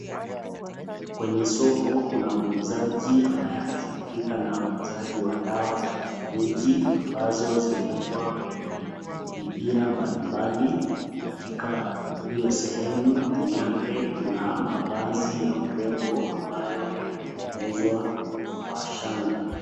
Kwenye soko kuna muuzaji ambaye anashugulika na uuzaji wa dawa za kienyeji ambazo zimeekwa kwenye mipira mbalimbali. Katika hio sehemu juu yake kuna mavazi ya urembo ambayo yanatengenezwa kwa shanga.